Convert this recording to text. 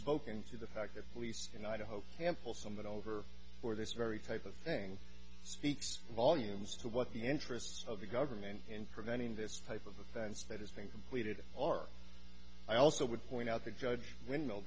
spoken to the fact that police in idaho can pull someone over for this very type of thing speaks volumes to what the interests of the government in preventing this type of offense that is being completed are i also would point out the judge w